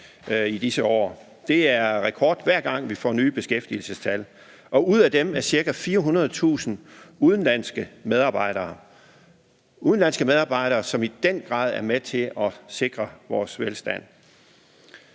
i disse år. Der er rekord, hver gang vi får nye beskæftigelsestal, og ud af dem er ca. 400.000 udenlandske medarbejdere. Det er udenlandske medarbejdere, som i den grad er med til at sikre vores velstand.